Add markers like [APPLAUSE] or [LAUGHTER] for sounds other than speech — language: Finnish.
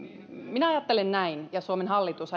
minä ajattelen ja suomen hallitus [UNINTELLIGIBLE]